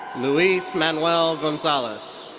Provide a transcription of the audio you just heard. luis manuel gonzalez.